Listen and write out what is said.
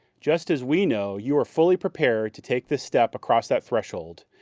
just as we know you are fully prepared to take this step across that threshold,